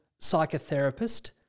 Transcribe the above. psychotherapist